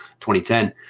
2010